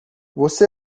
você